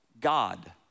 God